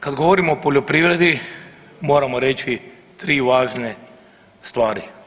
Kad govorimo o poljoprivredi moramo reći 3 važne stvari.